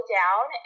down